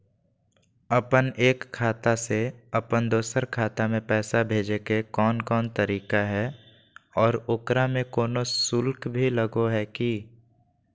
अपन एक खाता से अपन दोसर खाता में पैसा भेजे के कौन कौन तरीका है और ओकरा में कोनो शुक्ल भी लगो है की?